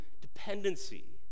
dependency